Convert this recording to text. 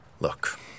Look